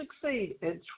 succeed